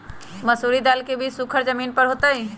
मसूरी दाल के बीज सुखर जमीन पर होतई?